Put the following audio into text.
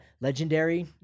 legendary